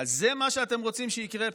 אז זה מה שאתם רוצים שיקרה פה?